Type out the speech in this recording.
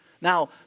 Now